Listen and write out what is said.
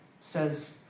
says